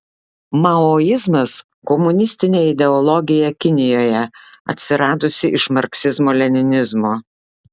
maoizmas komunistinė ideologija kinijoje atsiradusi iš marksizmo leninizmo